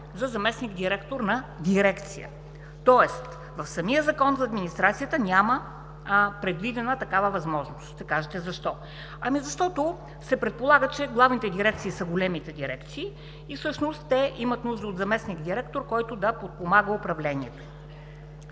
за „заместник-директор на дирекция“, тоест в самия Закон за администрацията няма предвидена такава възможност. Ще кажете, защо? Защото се предполага, че главните дирекции са големите дирекции и всъщност те имат нужда от заместник-директор, който да подпомага управлението.